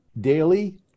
daily